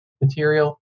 material